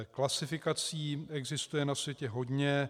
Klasifikací existuje na světě hodně.